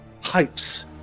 heights